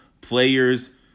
players